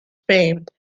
famed